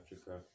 Africa